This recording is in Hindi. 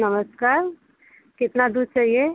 नमस्कार कितना दूध चाहिए